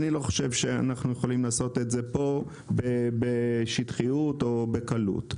אני לא חושב שאנחנו יכולים לעשות את זה פה בשטחיות או בקלות.